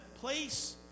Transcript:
place